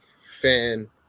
fan